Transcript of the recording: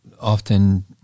often